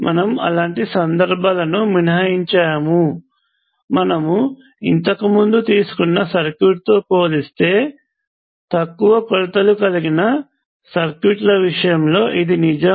మనము అలాంటి సందర్భాలను మినహాయించాము మనము ఇంతకుముందు తీసుకున్న సర్క్యూట్ తో పోల్చితే తక్కువ కొలతలు కలిగిన సర్క్యూట్ ల విషయంలో ఇది నిజం